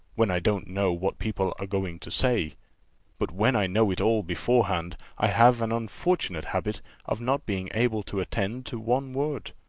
when i don't know what people are going to say but when i know it all beforehand, i have an unfortunate habit of not being able to attend to one word.